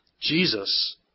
Jesus